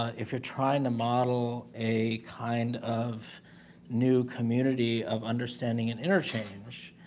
if you're trying to model a kind of new community of understanding and interchange,